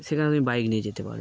সেখানে আমি বাইক নিয়ে যেতে পারি